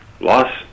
loss